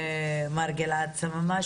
מר גלעד סממה,